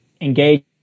engage